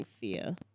fear